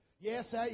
Yes